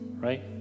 Right